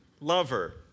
lover